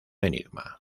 enigma